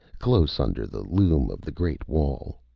close under the loom of the great wall.